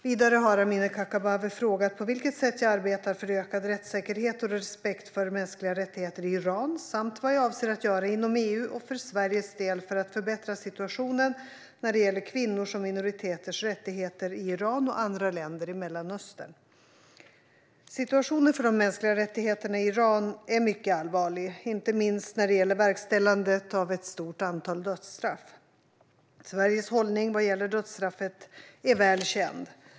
Vidare har Amineh Kakabaveh frågat på vilket sätt jag arbetar för ökad rättssäkerhet och respekt för mänskliga rättigheter i Iran samt vad jag avser att göra inom EU och för Sveriges del för att förbättra situationen när det gäller kvinnors och minoriteters rättigheter i Iran och andra länder i Mellanöstern. Situationen för de mänskliga rättigheterna i Iran är mycket allvarlig, inte minst när det gäller verkställandet av ett stort antal dödsstraff. Sveriges hållning vad gäller dödsstraffet är väl känd.